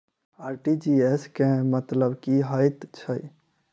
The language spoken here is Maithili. आर.टी.जी.एस केँ मतलब की हएत छै?